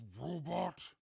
robot